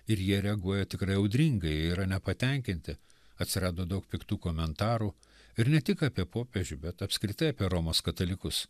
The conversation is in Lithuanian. ir jie reaguoja tikrai audringai jie yra nepatenkinti atsirado daug piktų komentarų ir ne tik apie popiežių bet apskritai apie romos katalikus